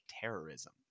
terrorism